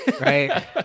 Right